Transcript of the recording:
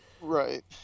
right